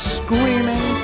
screaming